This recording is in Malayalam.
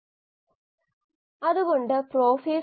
സസ്തന കോശങ്ങൾക്കുള്ള ഊർജ്ജ സ്രോതസ്സാണ് ഗ്ലൂട്ടാമൈൻ